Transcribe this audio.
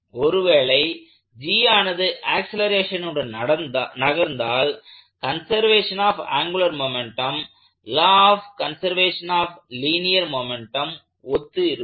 ஒருவேளை G ஆனது ஆக்சலேரேஷனுடன் நகர்ந்தால் conservation of angular momentum law of conservation linear மொமெண்ட்டத்தை ஒத்து இருக்கும்